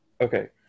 Okay